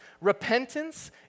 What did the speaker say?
Repentance